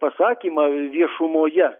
pasakymą viešumoje